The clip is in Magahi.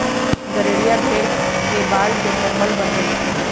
गड़ेरिया भेड़ के बाल से कम्बल बनबई छई